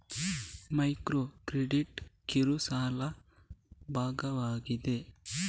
micro credit ಕಿರು ಸಾಲದ ಭಾಗವಾಗಿದೆ